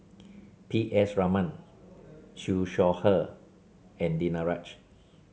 P S Raman Siew Shaw Her and Danaraj